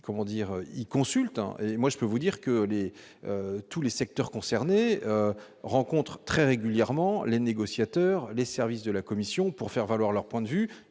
comment dire, il consulte et moi je peux vous dire que les tous les secteurs concernés rencontrent très régulièrement les négociateurs, les services de la Commission pour faire valoir leur point de vue